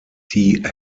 die